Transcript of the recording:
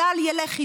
הסל ילך איתו.